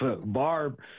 Barb